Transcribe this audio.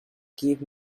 give